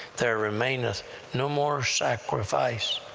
there remaineth no more sacrifice